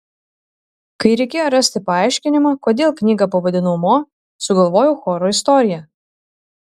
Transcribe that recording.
kai reikėjo rasti paaiškinimą kodėl knygą pavadinau mo sugalvojau choro istoriją